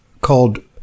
called